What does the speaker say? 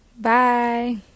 bye